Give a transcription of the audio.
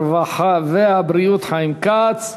הרווחה והבריאות חיים כץ.